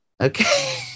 Okay